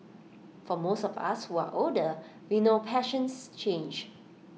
for most of us who are older we know passions change